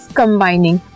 combining